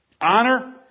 Honor